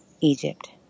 Egypt